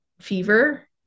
fever